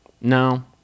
No